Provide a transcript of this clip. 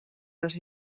dos